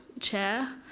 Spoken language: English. chair